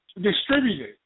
distributed